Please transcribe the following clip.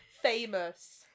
famous